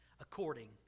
according